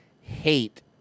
hate